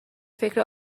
فکر